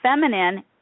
feminine